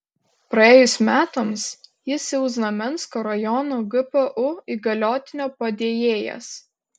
praėjus metams jis jau znamensko rajono gpu įgaliotinio padėjėjas